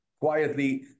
quietly